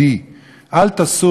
אל תסור ימין ושמאול".